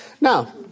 Now